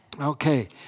Okay